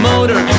motor